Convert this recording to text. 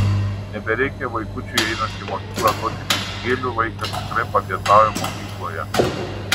nebereikia vaikučiui einant į mokyklą duoti pinigėlių vaikas tikrai papietauja mokykloje